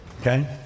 Okay